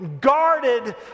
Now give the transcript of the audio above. guarded